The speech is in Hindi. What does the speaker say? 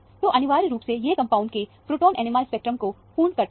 तो अनिवार्य रूप से यह कंपाउंड के प्रोटोन NMR स्पेक्ट्रम को पूर्ण करता है